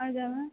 ಹೌದ ಮ್ಯಾಮ್